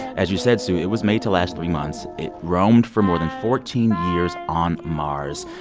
as you said sue, it was made to last three months. it roamed for more than fourteen years on mars.